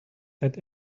that